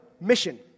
mission